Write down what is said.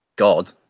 god